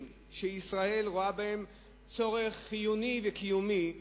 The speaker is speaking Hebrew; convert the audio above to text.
שישראל רואה בהם צורך חיוני וקיומי עבורנו.